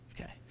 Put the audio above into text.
okay